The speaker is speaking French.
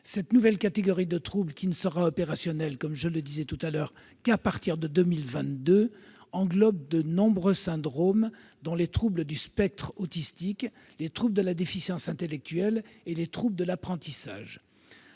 Cette nouvelle catégorie de troubles, qui ne sera opérationnelle qu'à partir de 2022, englobe de nombreux syndromes, dont les troubles du spectre autistique, les troubles de la déficience intellectuelle et les troubles de l'apprentissage.